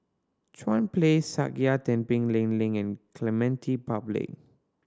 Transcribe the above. Chuan Place Sakya Tenphel Ling Ling and Clementi Public